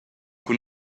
cun